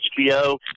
HBO